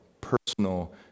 personal